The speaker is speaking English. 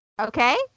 okay